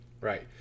Right